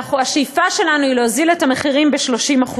השאיפה שלנו היא להוזיל את המחירים ב-30%.